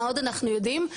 מה עוד אנחנו יודעים.